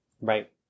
Right